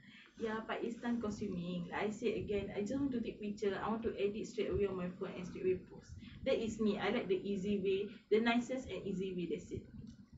ya but it's time consuming like I said again I just want to take picture I want to edit straight away on my phone and straight away post that is me I like the easy way the nicest an easy way that's it